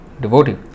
devotee